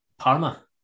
Parma